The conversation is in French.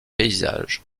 paysages